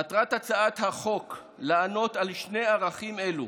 מטרת הצעת החוק היא לענות על שני ערכים אלו: